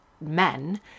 men